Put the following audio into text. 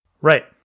Right